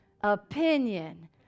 opinion